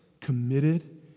committed